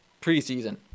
preseason